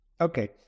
Okay